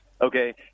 Okay